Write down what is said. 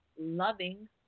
loving